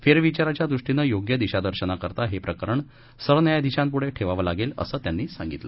फेरविचाराच्या दृष्टीनं योग्य दिशादर्शनाकरता हे प्रकरण सरन्यायाधीशापुढं ठेवावं लागेल असं त्यांनी सांगितलं